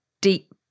deep